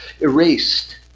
erased